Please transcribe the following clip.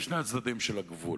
משני הצדדים של הגבול.